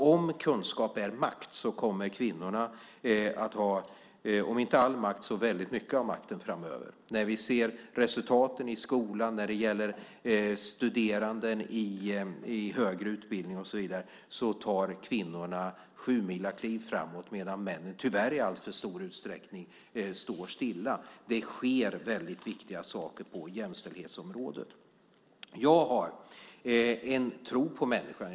Om kunskap är makt kommer kvinnorna att ha om inte all makt så väldigt mycket av makten framöver. Vi ser resultaten i skolan och när det gäller studerande i högre utbildning, och där tar kvinnorna sjumilakliv framåt, medan männen tyvärr i alltför stor utsträckning står stilla. Det sker väldigt viktiga saker på jämställdhetsområdet. Jag har en tro på människan.